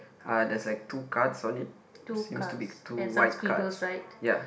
uh there's like two cards on it seems to be two white cards